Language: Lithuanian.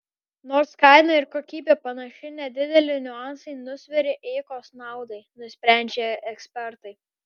nors kaina ir kokybė panaši nedideli niuansai nusveria eikos naudai nusprendžia ekspertai